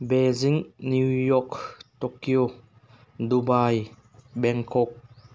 Beijing New York Tokyo Dubai Bangkok